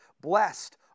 Blessed